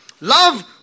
Love